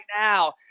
now